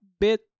bit